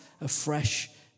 afresh